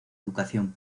educación